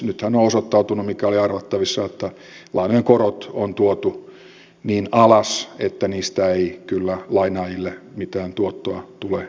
nythän on osoittautunut mikä oli arvattavissa että lainojen korot on tuotu niin alas että niistä ei kyllä lainaajille mitään tuottoa tule jäämään